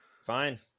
Fine